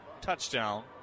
touchdown